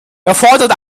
erfordert